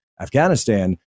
Afghanistan